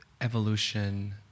evolution